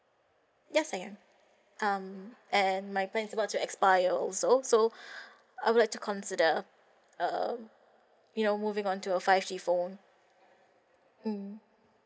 yes I am um and my plan is about to expire also so I would like to consider uh you know moving on to a five G phone mm